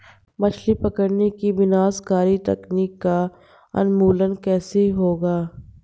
मछली पकड़ने की विनाशकारी तकनीक का उन्मूलन कैसे होगा?